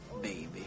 baby